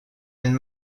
and